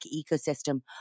ecosystem